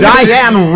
Diane